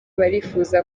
barifuza